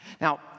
Now